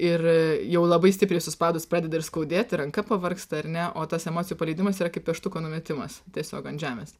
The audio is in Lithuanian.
ir jau labai stipriai suspaudus pradeda ir skaudėti ranka pavargsta ar ne o tas emocijų paleidimas tai yra kaip pieštuko numetimas tiesiog ant žemės